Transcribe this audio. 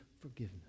forgiveness